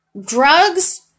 drugs